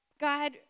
God